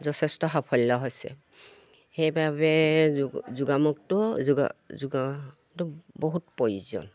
যথেষ্ট সাফল্য হৈছে সেইবাবে যোগ যোগামুখটো যোগা যোগাটো বহুত প্ৰয়োজন